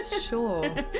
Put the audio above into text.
Sure